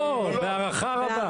בהערכה?